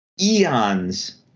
eons